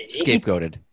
scapegoated